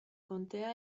contea